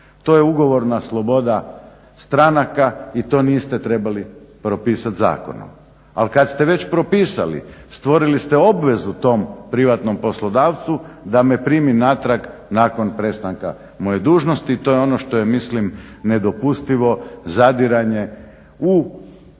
To je ugovorna sloboda stranaka i to niste trebali propisati zakonom. Ali kad ste već propisali stvorili ste obvezu tom privatnom poslodavcu da me primi natrag nakon prestanke moje dužnosti i to je ono što je mislim nedopustivo zadiranje u